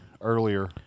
earlier